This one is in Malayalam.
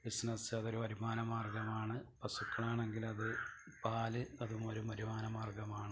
ബിസിനസ് അത് ഒരു വരുമാന മാർഗ്ഗമാണ് പശുക്കളാണെങ്കിൽ അത് പാല് അതും ഒരു വരുമാനമാർഗ്ഗമാണ്